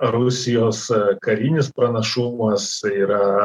rusijos karinis pranašumas yra